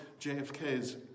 JFK's